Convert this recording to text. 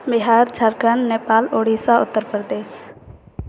Bihar Jharkhand Nepal Orissa Uttar Pradesh